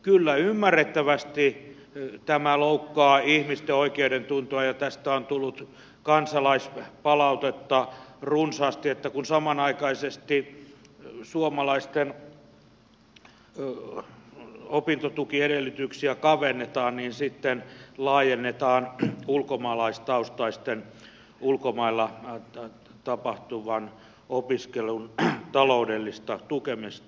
kyllä ymmärrettävästi tämä loukkaa ihmisten oikeudentuntoa ja tästä on tullut kansalaispalautetta runsaasti että kun samanaikaisesti suomalaisten opintotukiedellytyksiä kavennetaan niin sitten laajennetaan ulkomaalaistaustaisten ulkomailla tapahtuvan opiskelun taloudellista tukemista